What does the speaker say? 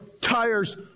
tires